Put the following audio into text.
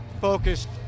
focused